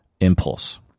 impulse